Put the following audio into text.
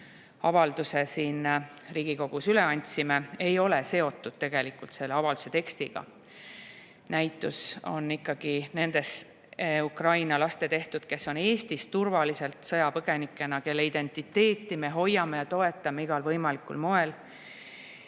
avalduse siin Riigikogus üle andsime, ei ole tegelikult seotud selle avalduse tekstiga. Näitus on ikkagi nende Ukraina laste tehtud, kes on Eestis turvaliselt sõjapõgenikena, kelle identiteeti me hoiame ja toetame igal võimalikul moel